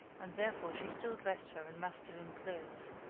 and therefore she still dressed her in masculine clothes,